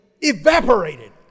evaporated